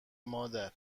مادر